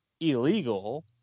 illegal